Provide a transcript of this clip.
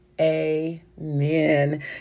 Amen